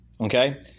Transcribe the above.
okay